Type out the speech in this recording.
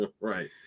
Right